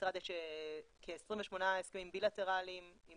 למשרד יש כ-28 הסכמים בילטרליים עם